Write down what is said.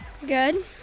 Good